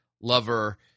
lover